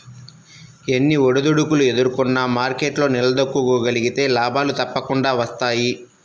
ఎన్ని ఒడిదుడుకులు ఎదుర్కొన్నా మార్కెట్లో నిలదొక్కుకోగలిగితే లాభాలు తప్పకుండా వస్తాయి